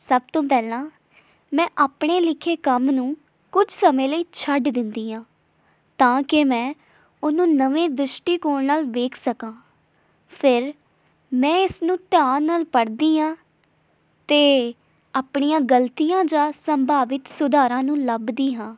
ਸਭ ਤੋਂ ਪਹਿਲਾਂ ਮੈਂ ਆਪਣੇ ਲਿਖੇ ਕੰਮ ਨੂੰ ਕੁਝ ਸਮੇਂ ਲਈ ਛੱਡ ਦਿੰਦੀ ਹਾਂ ਤਾਂਕਿ ਮੈਂ ਉਹਨੂੰ ਨਵੇਂ ਦ੍ਰਿਸ਼ਟੀਕੋਣ ਨਾਲ ਵੇਖ ਸਕਾਂ ਫਿਰ ਮੈਂ ਇਸਨੂੰ ਧਿਆਨ ਨਾਲ ਪੜ੍ਹਦੀ ਹਾਂ ਅਤੇ ਆਪਣੀਆਂ ਗਲਤੀਆਂ ਜਾਂ ਸੰਭਾਵਿਤ ਸੁਧਾਰਾਂ ਨੂੰ ਲੱਭਦੀ ਹਾਂ